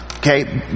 Okay